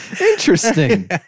Interesting